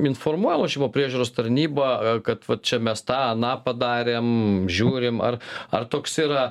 informuoja lošimų priežiūros tarnybą kad va čia mes tą aną padarėm žiūrim ar ar toks yra